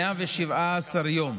117 יום